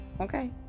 Okay